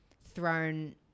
thrown